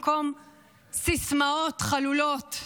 במקום סיסמאות חלולות,